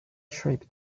trip